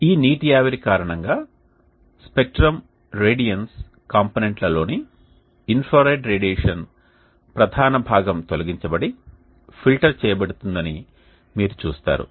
ఈ నీటి ఆవిరి కారణంగా స్పెక్ట్రమ్ రేడియన్స్ కాంపోనెంట్లలోని ఇన్ఫ్రారెడ్ రేడియేషన్ ప్రధాన భాగం తొలగించబడి ఫిల్టర్ చేయబడు తుందని మీరు చూస్తారు